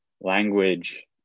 language